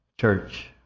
church